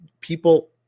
people